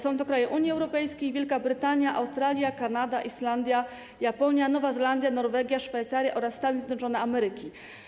Są to kraje Unii Europejskiej, Wielka Brytania, Australia, Kanada, Islandia, Japonia, Nowa Zelandia, Norwegia, Szwajcaria oraz Stany Zjednoczone Ameryki.